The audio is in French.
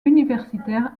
universitaire